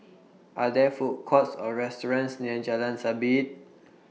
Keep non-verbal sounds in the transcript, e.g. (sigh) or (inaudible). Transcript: (noise) Are There Food Courts Or restaurants near Jalan Sabit